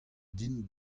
din